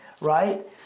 right